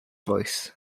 voice